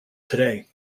today